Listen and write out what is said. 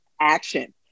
action